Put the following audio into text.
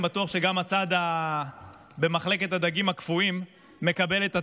אני בטוח שגם הצד במחלקת הדגים הקפואים מקבל את זה,